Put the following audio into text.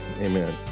Amen